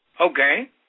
Okay